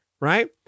Right